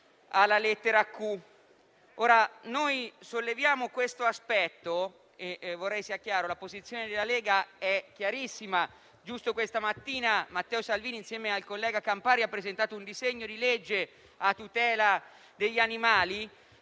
la posizione della Lega è chiarissima. Proprio questa mattina Matteo Salvini, insieme al collega Campari, ha presentato un disegno di legge a tutela degli animali.